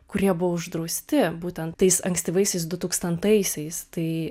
kurie buvo uždrausti būtent tais ankstyvaisiais dutūkstantaisiais tai